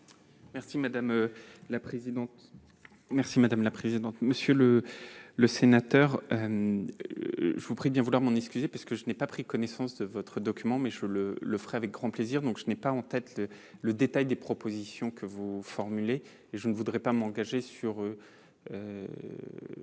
est à M. le ministre. Monsieur le sénateur, je vous prie de bien vouloir m'excuser de n'avoir pas pris connaissance de votre document, ce que je ferai avec grand plaisir : je n'ai donc pas en tête le détail des propositions que vous formulez et je ne voudrais pas m'engager par